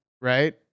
right